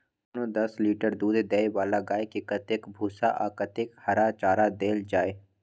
कोनो दस लीटर दूध दै वाला गाय के कतेक भूसा आ कतेक हरा चारा देल जाय?